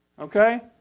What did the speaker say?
Okay